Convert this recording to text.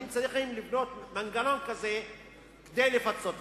צריכים לבנות מנגנון כזה כדי לפצות.